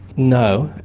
no.